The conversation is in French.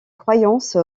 croyance